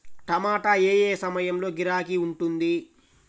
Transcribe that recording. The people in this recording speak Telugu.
టమాటా ఏ ఏ సమయంలో గిరాకీ ఉంటుంది?